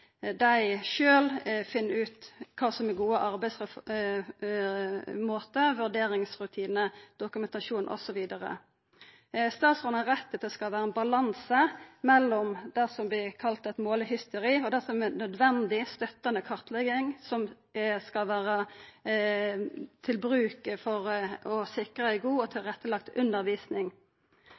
dei sjølve finn ut kva som er gode arbeidsmåtar, vurderingsrutinar, rutinar for dokumentasjon osv. Statsråden har rett i at det skal vera ein balanse mellom det som vert kalla eit målehysteri, og det som er nødvendig, støttande kartlegging for å sikra ei god og tilrettelagd undervisning.